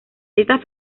esta